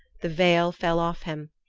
the veil fell off him.